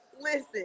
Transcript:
Listen